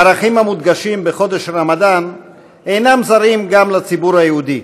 הערכים המודגשים בחודש הרמדאן אינם זרים גם לציבור היהודי,